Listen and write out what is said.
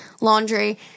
laundry